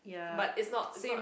but is not is not